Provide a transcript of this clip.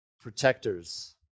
protectors